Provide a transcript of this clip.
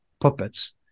puppets